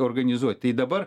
organizuot tai dabar